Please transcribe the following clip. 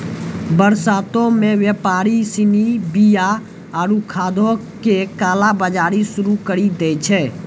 बरसातो मे व्यापारि सिनी बीया आरु खादो के काला बजारी शुरू करि दै छै